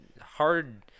hard